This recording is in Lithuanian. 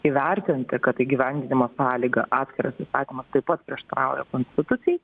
įvertinti kad įgyvendinimo sąlyga atskiras įstatymas taip pat prieštarauja konstitucijai